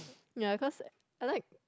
ya because I like